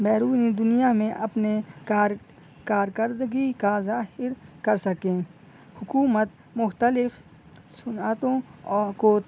بیرونی دنیا میں اپنے کار کارکردگی کا ظاہر کر سکیں حکومت مختلف صنعتوں او کو